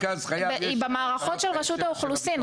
היא במערכות של רשות האוכלוסין.